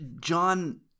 John